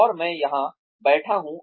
और मैं यहां बैठा हूँ